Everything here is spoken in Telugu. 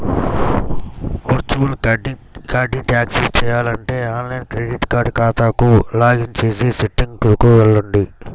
వర్చువల్ కార్డ్ని యాక్సెస్ చేయాలంటే ఆన్లైన్ క్రెడిట్ కార్డ్ ఖాతాకు లాగిన్ చేసి సెట్టింగ్లకు వెళ్లండి